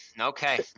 okay